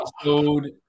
episode